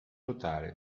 totale